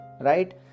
right